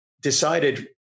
decided